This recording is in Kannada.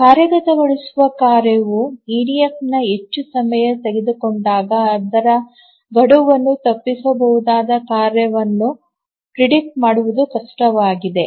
ಕಾರ್ಯಗತಗೊಳಿಸುವ ಕಾರ್ಯವು ಇಡಿಎಫ್ನಲ್ಲಿ ಹೆಚ್ಚು ಸಮಯ ತೆಗೆದುಕೊಂಡಾಗ ಅದರ ಗಡುವನ್ನು ತಪ್ಪಿಸಬಹುದಾದ ಕಾರ್ಯವನ್ನು predict ಮಾಡುವುದು ಕಷ್ಟವಾಗುತ್ತದೆ